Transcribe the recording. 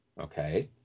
Okay